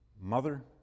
mother